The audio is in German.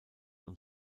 und